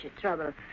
trouble